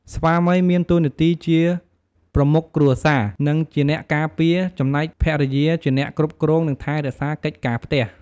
ស្វាមីមានតួនាទីជាប្រមុខគ្រួសារ និងជាអ្នកការពារ ចំណែកភរិយាជាអ្នកគ្រប់គ្រង និងថែរក្សាកិច្ចការផ្ទះ។